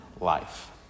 life